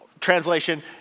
translation